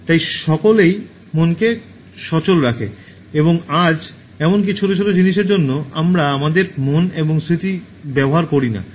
তাই সকলেই মনকে সচল রাখে এবং আজ এমনকি ছোট ছোট জিনিসের জন্য আমরা আমাদের মন এবং স্মৃতি ব্যবহার করি না